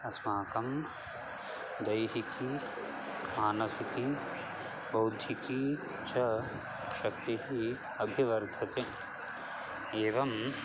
अस्माकं दैहिकी मानसिकी बौद्धिकी च शक्तिः अभिवर्धते एवम्